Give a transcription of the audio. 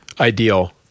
ideal